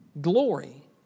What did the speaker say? Glory